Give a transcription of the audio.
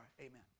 Amen